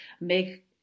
make